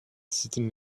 sitting